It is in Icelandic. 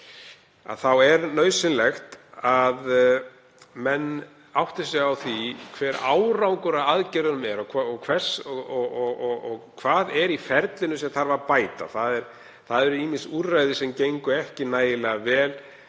það er nauðsynlegt að menn átti sig á því hver árangur af aðgerðunum er og hvað í ferlinu þarf að bæta. Það eru ýmis úrræði sem gengu ekki nægilega vel